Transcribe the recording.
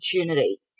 opportunity